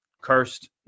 cursed